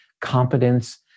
competence